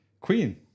Queen